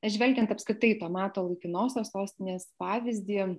žvelgiant apskritai į to meto laikinosios sostinės pavyzdį